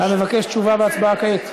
אתה מבקש תשובה והצבעה כעת?